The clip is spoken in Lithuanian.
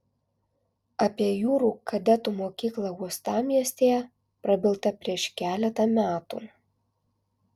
apie jūrų kadetų mokyklą uostamiestyje prabilta prieš keletą metų